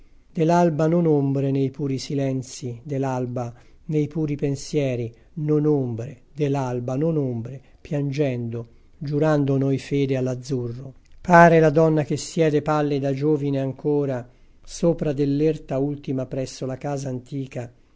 l'alba non ombre nei puri silenzii de l'alba nei puri pensieri non ombre de l'alba non ombre piangendo giurando noi fede all'azzurro pare la donna che siede pallida giovine ancora sopra dell'erta ultima presso la casa antica